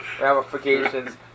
ramifications